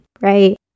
right